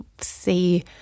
see